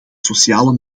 sociale